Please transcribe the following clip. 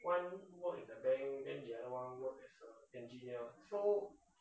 one work in the bank then the other one work as a engineer so